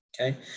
Okay